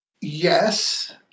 yes